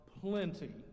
plenty